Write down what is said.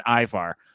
Ivar